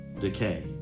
decay